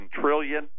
trillion